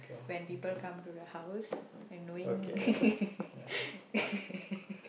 when people come to the house and knowing